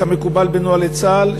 כמקובל בנוהלי צה"ל,